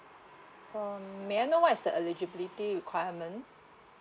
um may I know what is the eligibility requirement